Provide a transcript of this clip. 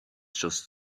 just